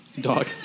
Dog